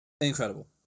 incredible